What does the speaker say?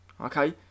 okay